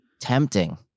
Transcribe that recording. tempting